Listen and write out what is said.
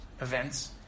events